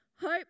Hope